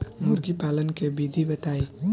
मुर्गी पालन के विधि बताई?